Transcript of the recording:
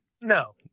No